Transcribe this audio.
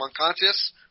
unconscious